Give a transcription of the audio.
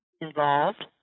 involved